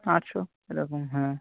আটশো এ রকম হ্যাঁ